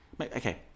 okay